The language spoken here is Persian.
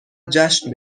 جشن